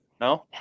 No